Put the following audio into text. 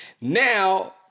Now